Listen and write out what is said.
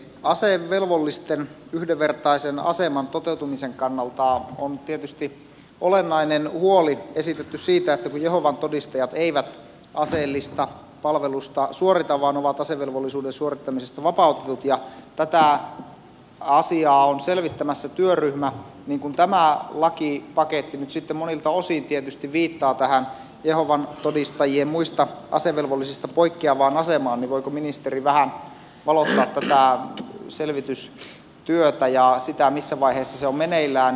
asevelvollisten yhdenvertaisen aseman toteutumisen kannalta on tietysti olennainen huoli esitetty siitä että kun jehovan todistajat eivät aseellista palvelusta suorita vaan ovat asevelvollisuuden suorittamisesta vapautetut tätä asiaa on selvittämässä työryhmä niin kun tämä lakipaketti nyt sitten monilta osin tietysti viittaa tähän jehovan todistajien muista asevelvollisista poikkeavaan asemaan niin voiko ministeri vähän valottaa tätä selvitystyötä ja sitä missä vaiheessa se on meneillään